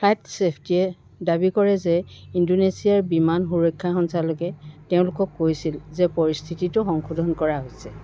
flight ছেফটিয়ে দাবী কৰে যে ইণ্ডোনেছিয়াৰ বিমান সুৰক্ষা সঞ্চালকে তেওঁলোকক কৈছিল যে পৰিস্থিতিটো সংশোধন কৰা হৈছে